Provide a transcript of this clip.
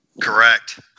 Correct